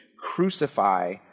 crucify